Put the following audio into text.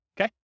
Okay